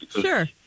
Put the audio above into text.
Sure